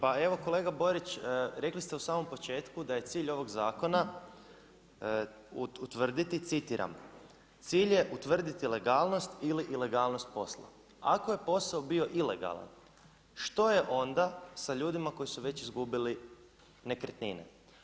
Pa evo kolega Borić, rekli ste u samom početku da je cilj ovog zakona utvrditi, citiram: „Cilj je utvrditi legalnost ili ilegalnost posla.“ Ako je posao bio ilegalan što je onda sa ljudima koji su već izgubili nekretnine?